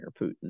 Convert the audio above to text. Putin